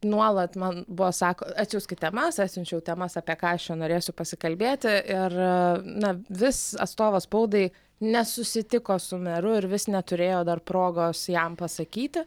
nuolat man buvo sako atsiųskit temas atsiunčiau temas apie ką norėsiu pasikalbėti ir na vis atstovas spaudai nesusitiko su meru ir vis neturėjo dar progos jam pasakyti